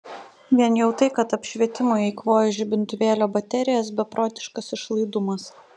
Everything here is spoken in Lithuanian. vien jau tai kad apšvietimui eikvoju žibintuvėlio baterijas beprotiškas išlaidumas